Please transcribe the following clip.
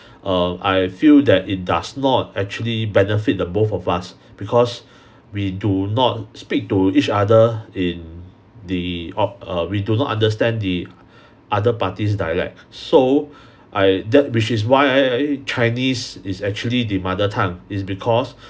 err I feel that it does not actually benefit the both of us because we do not speak to each other in the op~ err we do not understand the other party's dialect so I that which is why uh chinese is actually the mother tongue is because